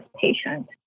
patient